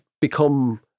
become